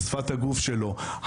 שפת הגוף שלו,